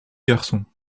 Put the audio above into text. garçon